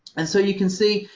and so you can see,